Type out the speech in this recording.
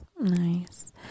nice